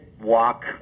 walk